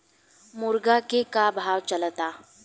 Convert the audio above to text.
मुर्गा के का भाव चलता?